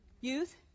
Youth